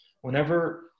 whenever